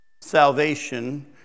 salvation